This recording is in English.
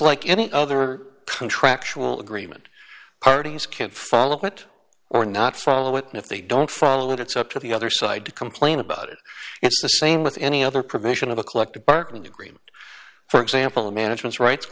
like any other contractual agreement parties can follow it or not follow it and if they don't follow it it's up to the other side to complain about it it's the same with any other provision of a collective bargaining agreement for example a management rights